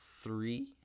three